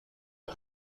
een